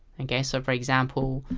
and yeah so for example,